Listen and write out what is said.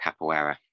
capoeira